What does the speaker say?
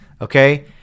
Okay